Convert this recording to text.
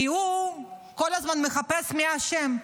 כי הוא כל הזמן מחפש מי האשם.